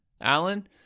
Alan